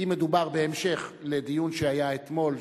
אם מדובר בהמשך של דיון שהיה אתמול,